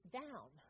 down